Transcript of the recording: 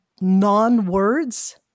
non-words